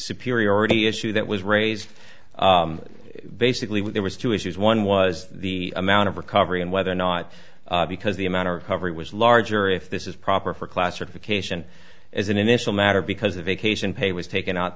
superiority issue that was raised basically was two issues one was the amount of recovery and whether or not because the amount of recovery was larger if this is proper for classification as an initial matter because the vacation pay was taken out